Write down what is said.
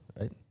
Right